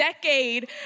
decade